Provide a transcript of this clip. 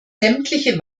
sämtliche